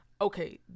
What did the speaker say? Okay